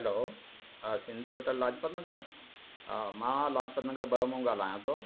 hello हा Sindhi hotel Lajpat Nagar मां लाजपतनगर ॿ मां ॻाल्हायां थो